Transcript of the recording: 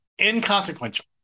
inconsequential